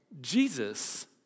Jesus